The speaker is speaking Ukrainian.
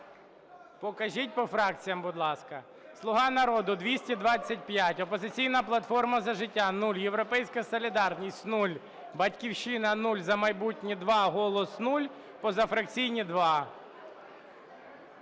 Покажіть по фракціям, будь ласка. "Слуга народу" – 225, "Опозиційна платформа – За життя" – 0, "Європейська солідарність" – 0, "Батьківщина" – 0, "За майбутнє" – 2, "Голос" – 0, позафракційні –